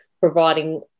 providing